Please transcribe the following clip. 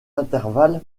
intervalles